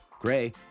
Gray